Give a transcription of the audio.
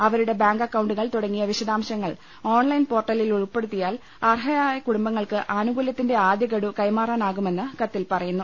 അവരുടെ ബാങ്ക് അക്കൌണ്ടുകൾ തുടങ്ങിയ വിശദാംശങ്ങൾ ഓൺലൈൻ പോർട്ട ലിൽ ഉൾപ്പെടുത്തിയാൽ അർഹരായ കുടുംബങ്ങൾക്ക് ആനുകൂല്യത്തിന്റെ ആദ്യ ഗഡു കൈമാറാനാകുമെന്ന് കത്തിൽ പറയുന്നു